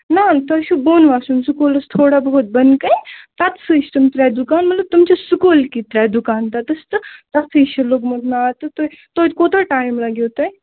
نہَ تۄہہِ چھُو بۅن وَسُن سکوٗلس تھوڑا بہت بۅنہٕ کَنہِ تَتسٕے چھِ تِم ترٛےٚ دُکان مطلب تِم چھِ سکوٗلہٕ کی ترٛےٚ دُکان تَتس تہٕ تتَھٕے چھُ لوٚگمُت نار تہٕ تُہۍ تۅہہِ تۅہہِ کوٗتاہ ٹایِم لگوٕ تۄہہِ